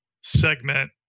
segment